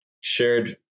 shared